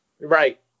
Right